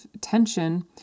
tension